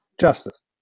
justice